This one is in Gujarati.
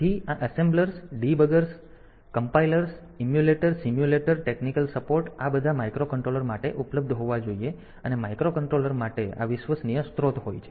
તેથી આ assemblers debuggers compilers emulator simulator technical support આ બધા માઇક્રોકન્ટ્રોલર માટે ઉપલબ્ધ હોવા જોઈએ અને માઇક્રોકન્ટ્રોલર માટે આ વિશ્વસનીય સ્ત્રોત હોય છે